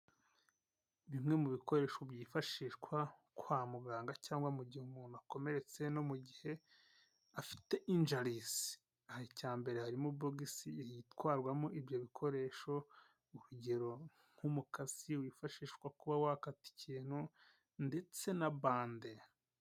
Bimwe mu bikoresho byifashishwa kwa muganga cyangwa mu gihe umuntu akomeretse no mu gihe afite injarizi icyambere harimo bosi itwarwamo ibyo bikoresho urugero nk'umukasi wifashishwa kuba wakata ikintu ndetse na bande.